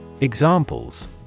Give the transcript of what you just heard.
Examples